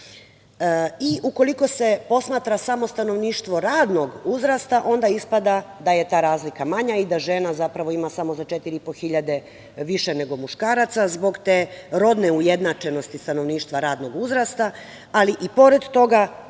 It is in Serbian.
i ukoliko se posmatra samo stanovništvo radnog uzrasta, onda ispada da je ta razlika manja i da žena zapravo ima samo za 4.500 više nego muškaraca, zbog te rodne ujednačenosti stanovništva radnog uzrasta, ali i pored toga